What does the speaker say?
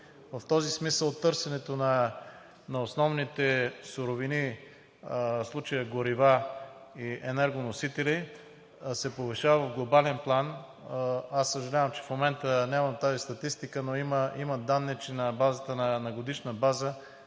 В този смисъл търсенето на основните суровини, в случая горива и енергоносители, се повишават в глобален план. Съжалявам, че в момента нямам тази статистика, но има данни, че на годишна база